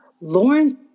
Lauren